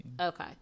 Okay